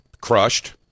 crushed